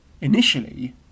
initially